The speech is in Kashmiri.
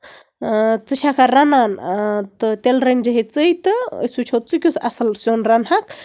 ژٕ چھکھا رَنان تہٕ تیٚلہِ رٔنزِ ہے ژٕیہِ تہٕ أسۍ وٕچھو ژٕ کیُتھ اَصٕل سیُن رَنہٕ ہَکھ